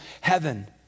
heaven